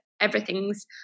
everything's